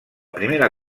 primera